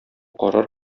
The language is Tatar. карар